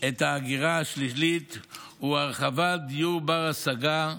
את ההגירה השלילית הוא הרחבת דיור בר-השגה,